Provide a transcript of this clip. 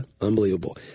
Unbelievable